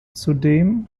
zudem